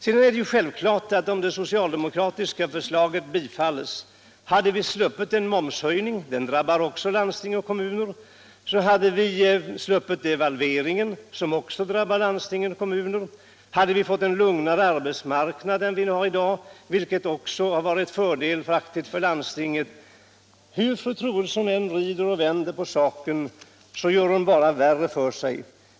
Sedan är det självklart att om det socialdemokratiska förslaget bifallits hade vi sluppit den momshöjning som drabbar också landsting och kommuner, hade vi sluppit devalveringen som också drabbar landsting och kommuner, hade vi fått en lugnare arbetsmarknad än vi har i dag, vilket också hade varit till fördel för landstingen. Hur fru Troedsson än vrider och vänder på saken gör hon det bara värre för sig.